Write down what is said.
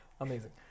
Amazing